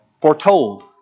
foretold